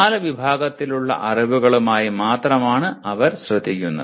നാല് വിഭാഗത്തിലുള്ള അറിവുകളുമായി മാത്രമാണ് അവർ ശ്രദ്ധിക്കുന്നത്